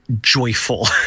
joyful